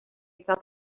felt